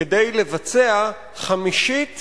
כדי לבצע חמישית